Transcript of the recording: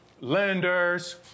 lenders